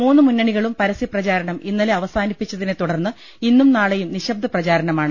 മൂന്ന് മുന്നണികളും പരസ്യ പ്രചാരണം ഇന്നലെ അവസാനിപ്പിച്ചതിനെത്തുടർന്ന് ഇന്നും നാളെയും നിശബ്ദ പ്രചാരണമാണ്